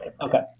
Okay